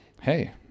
hey